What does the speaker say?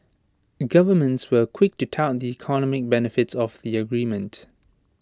governments were quick to tout the economic benefits of the agreement